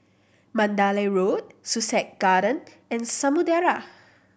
Mandalay Road Sussex Garden and Samudera